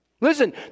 Listen